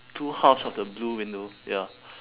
two halves of the blue window ya